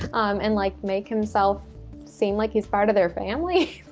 um and like make himself seem like he's part of their family?